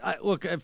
look